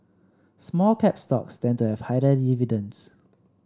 small cap stocks tend to have higher dividends